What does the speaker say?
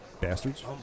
Bastards